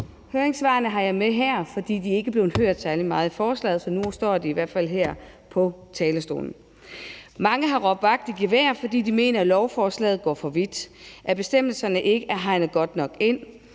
høringssvar med her, for de er nemlig ikke blevet hørt særlig meget i forbindelse med lovforslaget, så nu ligger høringssvarene i hvert fald her på talerstolen. Mange har råbt vagt i gevær, fordi de mener, at lovforslaget går for vidt, at bestemmelserne ikke er hegnet godt nok ind,